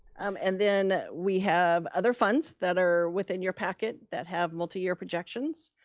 um and then we have other funds that are within your packet that have multi-year projections.